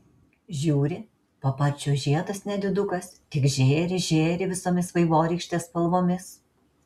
žiūri paparčio žiedas nedidukas tik žėri žėri visomis vaivorykštės spalvomis